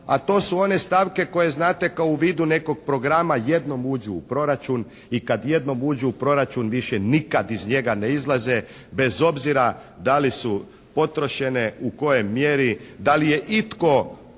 a to su on stavke koje znate kao u vidu nekog programa jednom uđu u proračun i kad jednom uđu u proračun više nikad iz njega ne izlaze. Bez obzira da li su potrošene, u kojoj mjeri, da li je itko pratio